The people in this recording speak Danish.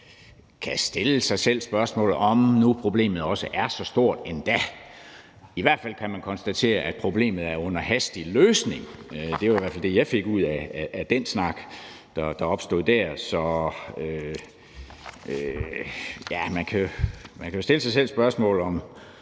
kan stille sig selv spørgsmålet, om nu problemet også er så stort endda. I hvert fald kan man konstatere, at problemet er under hastig løsning. Det var i hvert fald det, jeg fik ud af den snak, der opstod der. Så man kan jo stille sig selv spørgsmålet,